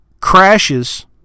crashes